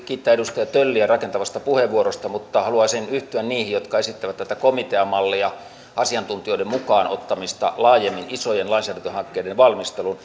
kiittää edustaja tölliä rakentavasta puheenvuorosta mutta haluaisin yhtyä niihin jotka esittävät tätä komiteamallia asiantuntijoiden mukaan ottamista laajemmin isojen lainsäädäntöhankkeiden valmisteluun